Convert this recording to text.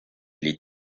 les